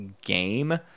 game